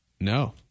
No